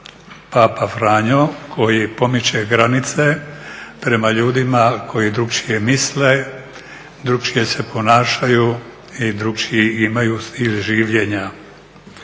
papa Franjo koji pomiče granice prema ljudima koji drukčije misle, drukčije se ponašaju i drukčiji imaju stil življenja.